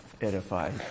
edified